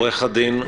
עורך הדין,